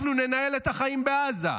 אנחנו ננהל את החיים בעזה.